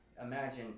imagine